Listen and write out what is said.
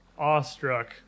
Awestruck